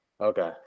Okay